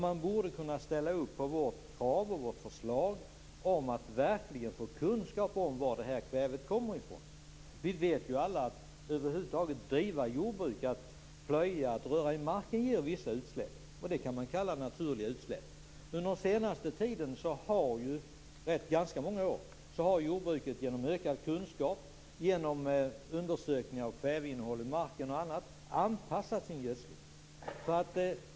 Man borde kunna ställa upp på vårt förslag. Vi kräver ju kunskap om varifrån kvävet kommer. Att över huvud taget bedriva jordbruk - att plöja och röra i marken - ger, som vi alla vet, vissa utsläpp. Man kan tala om naturliga utsläpp. Men under rätt ganska många år har jordbruket genom ökad kunskap och genom undersökningar av kväveinnehållet i mark och annat kunnat anpassa sin gödsling.